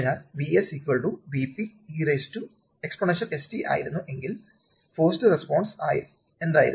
അതിനാൽ Vs Vp exponential st ആയിരുന്നു എങ്കിൽ ഫോർസ്ഡ് റെസ്പോൺസ് എന്തായിരുന്നു